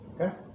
Okay